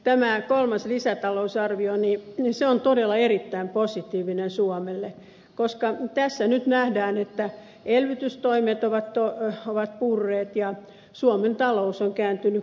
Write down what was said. tämä kolmas lisätalousarvio on todella erittäin positiivinen suomelle koska tässä nyt nähdään että elvytystoimet ovat purreet ja suomen talous on kääntynyt kasvuun